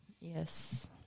Yes